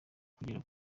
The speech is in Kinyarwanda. kugera